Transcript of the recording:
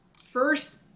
First